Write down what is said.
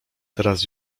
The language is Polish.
teraz